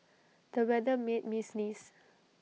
the weather made me sneeze